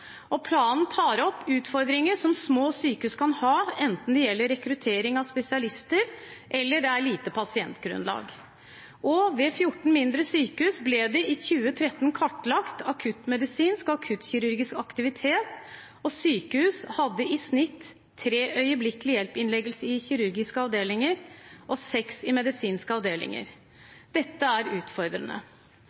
Planen tar opp utfordringer som små sykehus kan ha, enten det gjelder rekruttering av spesialister eller det er lite pasientgrunnlag. Ved 14 mindre sykehus ble det i 2013 kartlagt akuttmedisinsk og akuttkirurgisk aktivitet, og sykehusene hadde i snitt tre øyeblikkelig hjelp-innleggelser i kirurgiske avdelinger og seks i medisinske avdelinger. Dette er utfordrende.